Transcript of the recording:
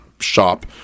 shop